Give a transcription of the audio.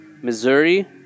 Missouri